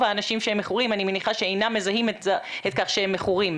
האנשים שמכורים אינם מזהים את זה שהם מכורים.